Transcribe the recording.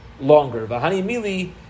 longer